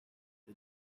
the